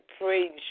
praise